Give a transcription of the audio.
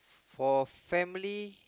for family